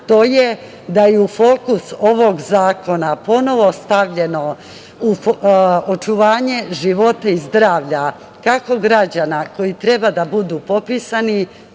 to je da je u fokusu ovog zakona ponovo stavljeno očuvanje života i zdravlja, kako građana koji treba da budu popisani,